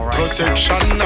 Protection